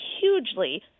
hugely